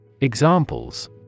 Examples